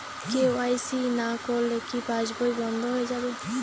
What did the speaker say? KYC না করলে কি পাশবই বন্ধ হয়ে যাবে?